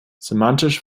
semantisch